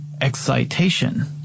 excitation